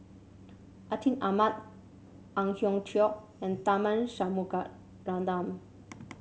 Atin Amat Ang Hiong Chiok and Tharman Shanmugaratnam